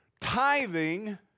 Tithing